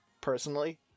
personally